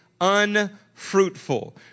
unfruitful